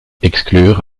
exclure